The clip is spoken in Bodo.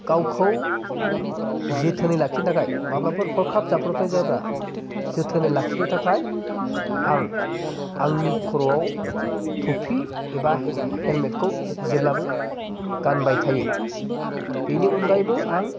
गावखौ जोथोनै लाखिनो थाखाय माब्लाबाफोर हरखाब जाब्रबथाय जायोब्ला जोथोनै लाखिनो थाखाय आं आंनि खर'आव थफि एबा हेलमेटखौ जेब्लाबो गानबाय थायो बेनि अनगायैबो आं